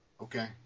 Okay